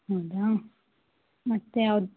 ಹೌದಾ ಮತ್ತು ಅವ್ರ